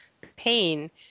pain